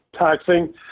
taxing